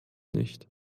nicht